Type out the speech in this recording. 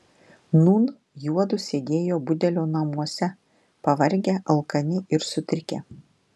nūn juodu sėdėjo budelio namuose pavargę alkani ir sutrikę